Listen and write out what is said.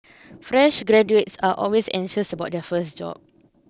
fresh graduates are always anxious about their first job